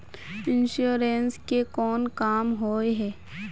Insurance के कोन काम होय है?